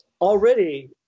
already